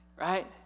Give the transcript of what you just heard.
right